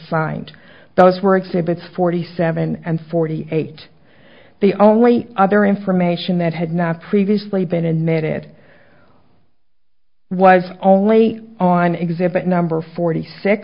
signed those were exhibits forty seven and forty eight the only other information that had not previously been admitted was only on exhibit number forty six